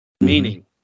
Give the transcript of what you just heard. meaning